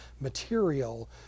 material